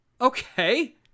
Okay